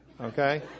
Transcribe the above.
Okay